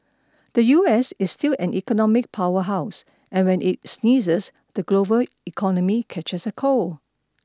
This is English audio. the U S is still an economic power house and when it sneezes the global economy catches a cold